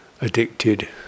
addicted